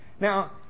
Now